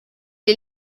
est